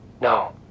No